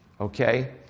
Okay